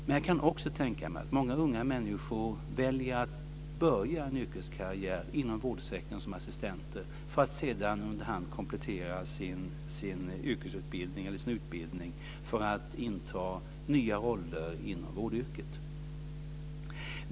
Men jag kan också tänka mig att många unga människor väljer att börja en yrkeskarriär inom vårdsektorn som assistenter för att sedan efter hand komplettera sin utbildning för att inta nya roller inom vården.